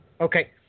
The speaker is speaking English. Okay